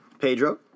Pedro